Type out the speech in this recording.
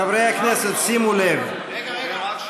חברי הכנסת, שימו לב, רגע.